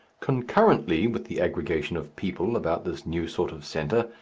concurrently with the aggregation of people about this new sort of centre,